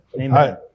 Amen